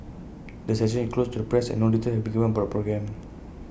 the session is closed to the press and no details have been given about programme